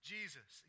Jesus